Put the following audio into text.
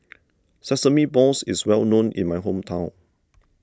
Sesame Balls is well known in my hometown